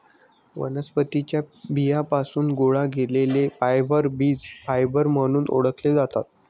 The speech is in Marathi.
वनस्पतीं च्या बियांपासून गोळा केलेले फायबर बीज फायबर म्हणून ओळखले जातात